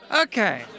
Okay